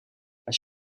als